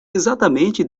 exatamente